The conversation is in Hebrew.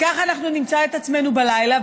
ככה אנחנו נמצא את עצמנו בלילה.